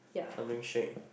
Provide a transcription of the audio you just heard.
something shake